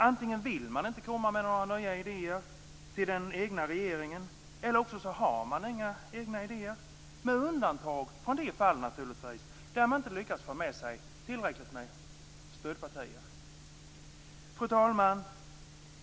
Antingen vill man inte komma med några nya idéer till den egna regeringen eller också har man inga egna idéer, naturligtvis med undantag för de fall då man inte lyckas få med sig tillräckligt med stödpartier. Fru talman!